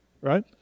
right